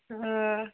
ओं